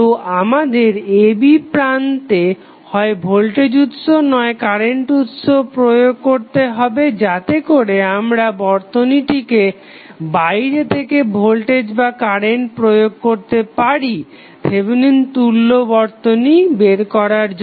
তো আমাদের a b প্রান্তে হয় ভোল্টেজ উৎস নয় কারেন্ট উৎস প্রয়োগ করতে হবে যাতেকরে আমরা বর্তনীটিকে বাইরে থেকে ভোল্টেজ বা কারেন্ট প্রয়োগ করতে পারি থেভেনিন তুল্য বর্তনী বের করার জন্য